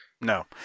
No